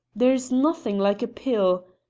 there is nothing like a pill,